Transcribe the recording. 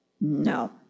No